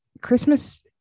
Christmas